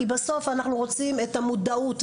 כי בסוף אנחנו רוצים את המודעות,